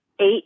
eight